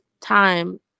time